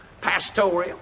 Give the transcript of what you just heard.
pastoral